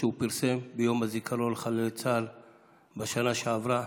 שהוא פרסם ביום הזיכרון לחללי צה"ל בשנה שעברה